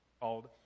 called